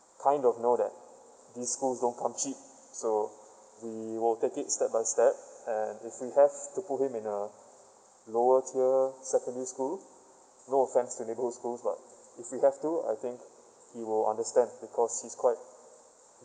kind of know that these schools don't come cheap so we will take it step by step and if we have to put him in uh lower tier secondary school no offense to neighborhood school but if we have to I think he will understand because he's quite